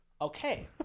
Okay